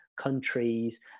countries